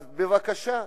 אז בבקשה,